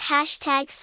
Hashtag